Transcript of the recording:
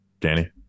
danny